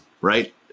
right